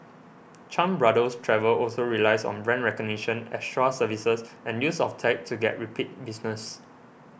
Chan Brothers Travel also relies on brand recognition extra services and use of tech to get repeat business